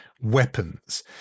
weapons